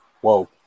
Whoa